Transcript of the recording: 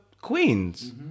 queens